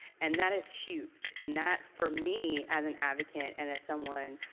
and that is huge, and that for me as an advocate and as someone.